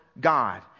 God